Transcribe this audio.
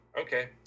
Okay